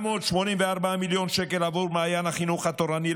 984 מיליון שקל בעבור מעיין החינוך התורני,